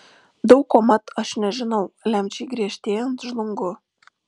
daug ko mat aš nežinau lemčiai griežtėjant žlungu